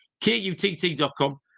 KUTT.com